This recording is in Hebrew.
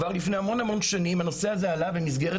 כבר לפני המון-המון שנים הנושא הזה עלה במסגרת